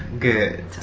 Good